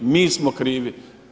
Mi smo krivi.